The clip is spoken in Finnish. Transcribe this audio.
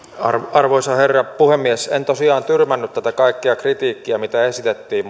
arvoisa herra puhemies en tosiaan tyrmännyt tätä kaikkea kritiikkiä mitä esitettiin